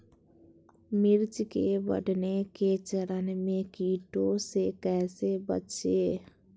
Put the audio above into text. मिर्च के बढ़ने के चरण में कीटों से कैसे बचये?